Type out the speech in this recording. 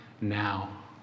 now